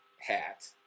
Hat